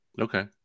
Okay